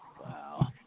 Wow